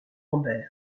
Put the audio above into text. rambert